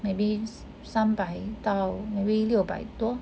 maybe 三百到 maybe 六百多